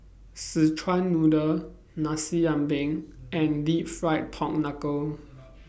Szechuan Noodle Nasi Ambeng and Deep Fried Pork Knuckle